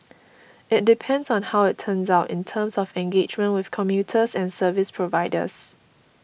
it depends on how it turns out in terms of engagement with commuters and service providers